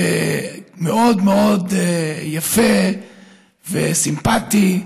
ומאוד מאוד יפה וסימפטי,